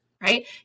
right